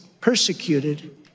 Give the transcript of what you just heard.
persecuted